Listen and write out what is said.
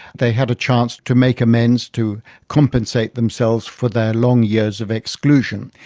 they had a chance to make amends, to compensate themselves for their long years of exclusion.